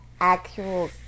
actual